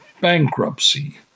bankruptcy